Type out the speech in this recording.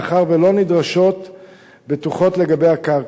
מאחר שלא נדרשות בטוחות לגבי הקרקע.